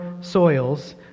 soils